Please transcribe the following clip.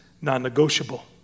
non-negotiable